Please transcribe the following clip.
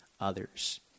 others